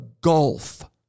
gulf